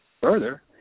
Further